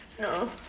no